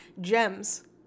Gems